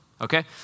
Okay